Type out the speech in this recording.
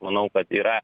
manau kad yra